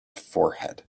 forehead